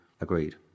agreed